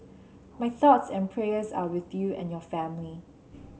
my thoughts and prayers are with you and your family